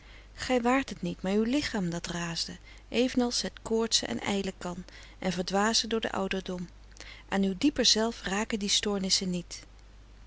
gij waart het niet maar uw lichaam dat raasde evenals het koortsen en ijlen kan en verdwazen door den ouderdom aan uw dieper zelf raken die stoornissen niet